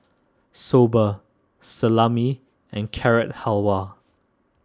Soba Salami and Carrot Halwa